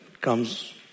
comes